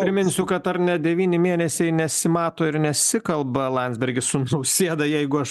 priminsiu kad ar ne devyni mėnesiai nesimato ir nesikalba landsbergis su nausėda jeigu aš